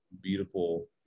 beautiful